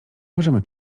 możemy